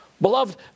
Beloved